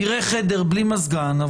יראה חדר בלי מזגן,